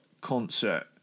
concert